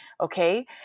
Okay